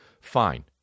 Fine